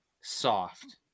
soft